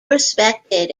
respected